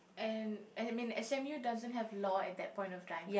and and I mean S_M_U doesn't have law at that point of time